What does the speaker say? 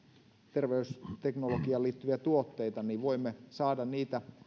terveysteknologiaan liittyviä tuotteita voimme saada niitä